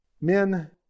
Men